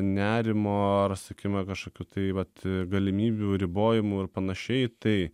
nerimo ar sakykime kažkokių tai vat galimybių ribojimų ir panašiai tai